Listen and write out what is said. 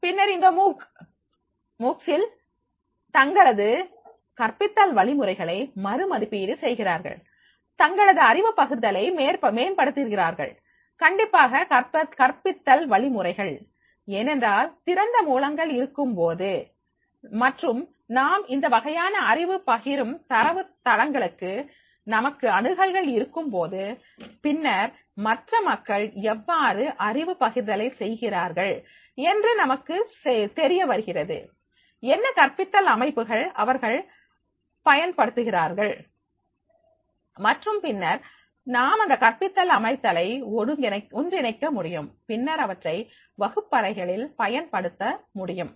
பின்னர் இந்த மூக் சில் தங்களது கற்பித்தல் வழிமுறைகளை மறு மதிப்பீடு செய்கிறார்கள் தங்களது அறிவு பகிர்தலை மேம்படுத்துகிறார்கள் கண்டிப்பாக கற்பித்தல் வழிமுறைகள் ஏனென்றால் திறந்த மூலங்கள் இருக்கும்போது மற்றும் நாம் இந்த வகையான அறிவு பகிரும் தரவு தளங்களுக்கு நமக்கு அணுகல்கள் இருக்கும்போது பின்னர் மற்ற மக்கள் எவ்வாறு அறிவு பகிர்தலை செய்கிறார்கள் என்று நமக்குத் தெரிய வருகிறதுஎன்ன கற்பித்தல் அமைப்புகள் அவர்கள் பயன்படுத்துகிறார்கள் மற்றும் பின்னர் நாம் அந்த கற்பித்தல் அமைப்புகளை ஒன்றிணைக்க முடியும் பின்னர் அவற்றை வகுப்பறைகளில் பயன்படுத்த முடியும்